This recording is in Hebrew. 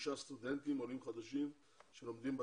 סטודנטים עולים חדשים שלומדים בטכניון.